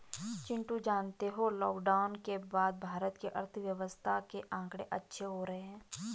चिंटू जानते हो लॉकडाउन के बाद भारत के अर्थव्यवस्था के आंकड़े अच्छे हो रहे हैं